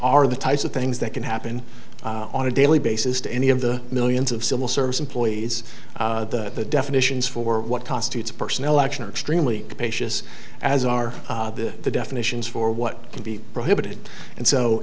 are the types of things that can happen on a daily basis to any of the millions of civil service employees the definitions for what constitutes personal action extremely capacious as are the definitions for what can be prohibited and so